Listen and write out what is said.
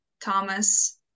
Thomas